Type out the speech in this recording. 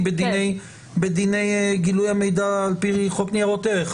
בדיני גילוי המידע על פי חוק ניירות ערך,